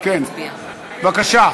בבקשה.